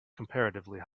comparatively